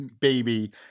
baby